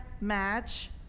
match